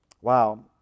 Wow